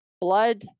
blood